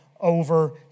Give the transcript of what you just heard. over